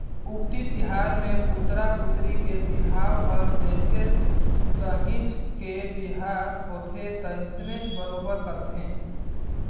अक्ती तिहार मे पुतरा पुतरी के बिहाव हर जइसे सहिंच के बिहा होवथे तइसने बरोबर करथे